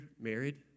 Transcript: married